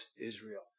Israel